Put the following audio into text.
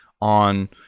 on